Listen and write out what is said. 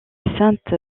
sainte